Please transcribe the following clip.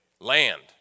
land